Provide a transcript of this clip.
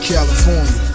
California